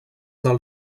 del